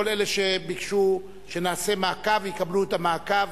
כל אלה שביקשו שנעשה מעקב יקבלו את המעקב